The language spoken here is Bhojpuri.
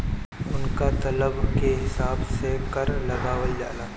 उनका तलब के हिसाब से कर लगावल जाला